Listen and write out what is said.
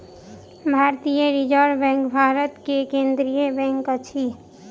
भारतीय reserve bank Bharat के केंद्रीय बैंक अछि